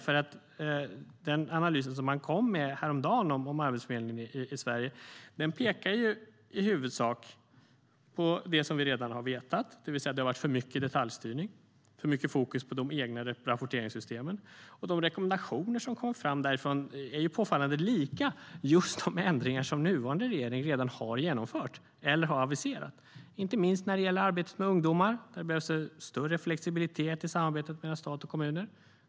Häromdagen kom OECD med en analys av Arbetsförmedlingen i Sverige. Deras breda översyn pekar i huvudsak på det som vi redan har vetat. Det har varit för mycket detaljstyrning och för mycket fokus på de egna rapporteringssystemen. Och de rekommendationer som kommer fram därifrån är påfallande lika just de ändringar som den nuvarande regeringen redan har genomfört eller har aviserat, inte minst när det gäller arbetet med ungdomar, där det behövs en större flexibilitet i samarbetet mellan stat och kommuner.